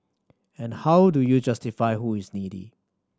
but how do you justify who is needy